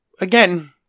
again